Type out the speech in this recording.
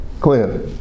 clear